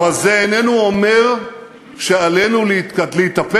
אבל זה איננו אומר שעלינו להיתפס